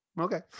Okay